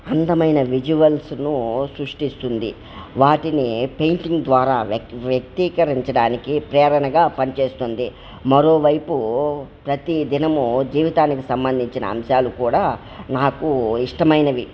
అందమైన విజువల్స్ను సృష్టిస్తుంది వాటిని పెయింటింగ్ ద్వారా వక్ వ్యక్తీకరించడానికి ప్రేరణగా పనిచేస్తుంది మరోవైపు ప్రతీ దినం జీవితానికి సంబంధించిన అంశాలు కూడా నాకు ఇష్టమైనవి